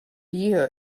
year